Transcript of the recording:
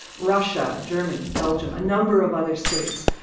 russia, germany, belgium, a number of other states,